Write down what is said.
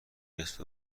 نصف